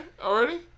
already